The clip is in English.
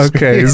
Okay